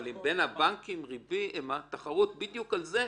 אבל בין הבנקים יש תחרות בדיוק על זה?